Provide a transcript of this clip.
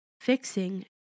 fixing